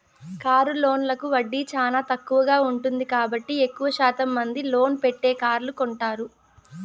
car లోన్లకు వడ్డీ చానా తక్కువగా ఉంటుంది కాబట్టి ఎక్కువ శాతం మంది లోన్ పెట్టే కార్లు కొంటారు